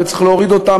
צריך להוריד אותן.